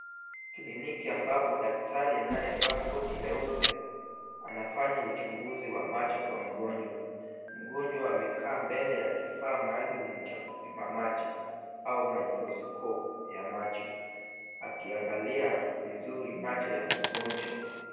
Kliniki ambapo daktari anayevaa koti leupe anafanya uchunguzi wa macho kwa mgonjwa. Mgonjwa amekaa mbele ya kifaa maalum cha kupima macho au microscope ya macho akiangalia vizuri macho ya mgonjwa.